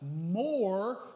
more